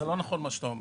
זה לא נכון מה שאתה אומר.